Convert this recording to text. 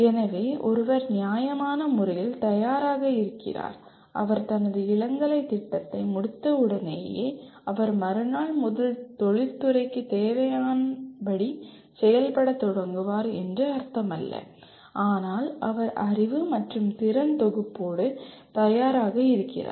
எனவே ஒருவர் நியாயமான முறையில் தயாராக இருக்கிறார் அவர் தனது இளங்கலை திட்டத்தை முடித்தவுடனேயே அவர் மறுநாள் முதல் தொழில்துறைக்குத் தேவையானபடி செயல்படத் தொடங்குவார் என்று அர்த்தமல்ல ஆனால் அவர் அறிவு மற்றும் திறன் தொகுப்போடு தயாராக இருக்கிறார்